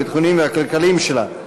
הביטחוניים והכלכליים שלה,